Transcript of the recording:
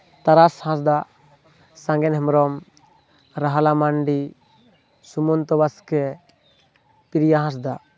ᱛᱟᱨᱟᱥ ᱦᱟᱸᱥᱫᱟ ᱥᱟᱜᱮᱱ ᱦᱮᱢᱵᱨᱚᱢ ᱨᱟᱦᱞᱟ ᱢᱟᱱᱰᱤ ᱥᱩᱢᱚᱱᱛᱚ ᱵᱟᱥᱠᱮ ᱯᱨᱤᱭᱟ ᱦᱟᱸᱥᱫᱟ